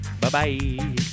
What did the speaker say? Bye-bye